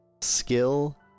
skill